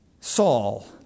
Saul